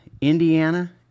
Indiana